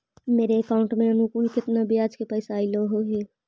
मेरे अकाउंट में अनुकुल केतना बियाज के पैसा अलैयहे?